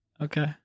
Okay